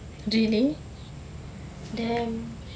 ya damn